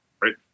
right